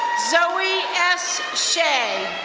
zoe s. shay.